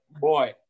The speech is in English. boy